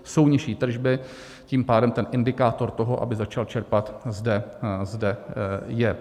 Jsou nižší tržby, tím pádem indikátor toho, aby začal čerpat, zde je.